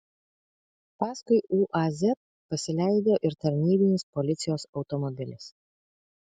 paskui uaz pasileido ir tarnybinis policijos automobilis